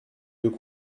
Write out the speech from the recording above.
deux